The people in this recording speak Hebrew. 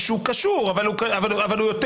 שהוא קשור, אבל הוא יותר